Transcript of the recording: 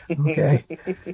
Okay